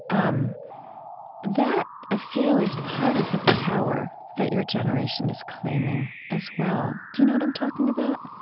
um that i feel is part of the power that your generation is claiming as well. do you know what i'm talking about?